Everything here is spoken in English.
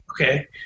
okay